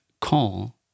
call